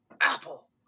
Apple